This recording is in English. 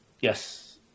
Yes